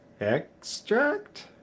extract